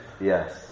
Yes